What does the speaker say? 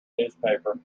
newspaper